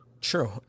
true